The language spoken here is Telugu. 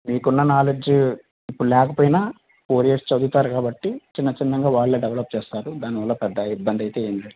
మీకున్న నాలెడ్జ్ ఇప్పుడు లేకపోయినా ఫోర్ ఇయర్స్ చదువుతారు కాబట్టి చిన్న చిన్నగా వాళ్ళ డెవలప్ చేస్తారు దానివల్ల పెద్ద ఇబ్బంది అయితే ఏం లేదు